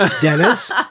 Dennis